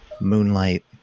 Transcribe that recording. moonlight